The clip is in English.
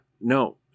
no